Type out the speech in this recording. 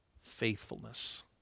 faithfulness